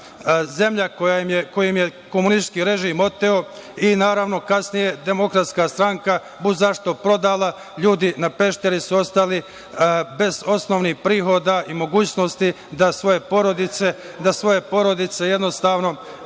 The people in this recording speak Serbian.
zemlja koju im je komunistički režim oteo i, naravno, kasnije DS bud zašto prodala. LJudi na Pešteri su ostali bez osnovnih prihoda i mogućnosti da svoje porodice ishrane